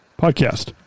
podcast